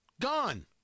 Gone